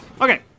Okay